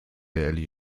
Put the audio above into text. elli